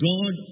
God